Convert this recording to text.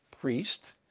priest